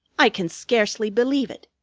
i can scarcely believe it.